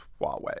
Huawei